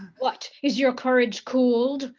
what, is your courage cooled?